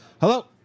Hello